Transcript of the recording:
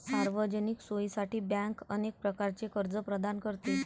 सार्वजनिक सोयीसाठी बँक अनेक प्रकारचे कर्ज प्रदान करते